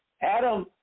Adam